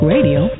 Radio